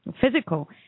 physical